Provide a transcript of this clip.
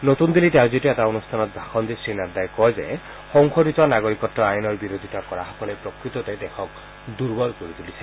নতুন দিল্লীত আয়োজিত এটা অনুষ্ঠানত ভাষণ দি শ্ৰী নাড্ডাই কয় যে সংশোধিত নাগৰিকত্ব আইনখনৰ বিৰোধিতা কৰাসকলে প্ৰকৃততে দেশক দুৰ্বল কৰি তূলিছে